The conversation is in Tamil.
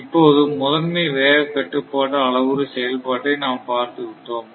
இப்போது முதன்மை வேகக்கட்டுப்பாட்டு அளவுரு செயல்பாட்டை நாம் பார்த்துவிட்டோம்